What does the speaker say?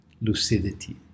lucidity